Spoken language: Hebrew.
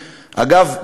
אגב,